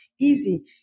easy